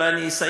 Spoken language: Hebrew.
אולי אני אסיים,